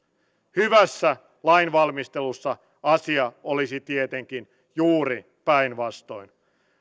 hyvässä lainvalmistelussa asia olisi tietenkin juuri päinvastoin